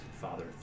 father